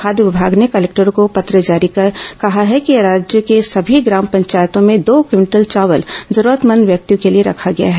खाद्य विभाग ने कलेक्टरों को पत्र जारी कर कहा है कि राज्य के सभी ग्राम पंचायतों में दो क्विंटल चावल जरूरतमंद व्यक्तियों के लिए रखा गया है